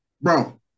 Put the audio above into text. Bro